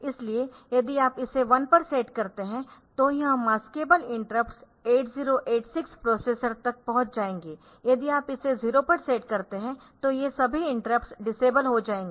इसलिए यदि आप इसे 1 पर सेट करते है तो यह मास्केबल इंटरप्टस 8086 प्रोसेसर तक पहुंच जाएंगे यदि आप इसे 0 पर सेट करते है तो ये सभी इंटरप्टस डिसेबल हो जाएंगे